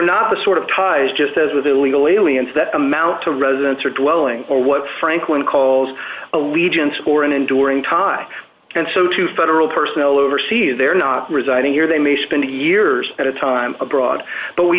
not the sort of ties just as with illegal aliens that amount to residence or dwelling or what franklin calls allegiance or an enduring tie and so to federal personnel overseas they're not residing here they may spend two years at a time abroad but we